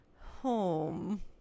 home